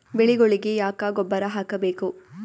ಬೆಳಿಗೊಳಿಗಿ ಯಾಕ ಗೊಬ್ಬರ ಹಾಕಬೇಕು?